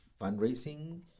fundraising